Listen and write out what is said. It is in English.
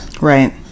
right